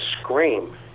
scream